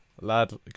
Lad